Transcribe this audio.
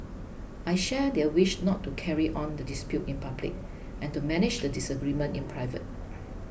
I share their wish not to carry on the dispute in public and to manage the disagreement in private